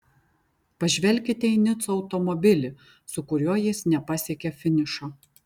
pažvelkite į nico automobilį su kuriuo jis nepasiekė finišo